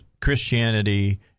Christianity –